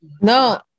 no